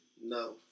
No